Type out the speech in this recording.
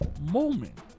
moment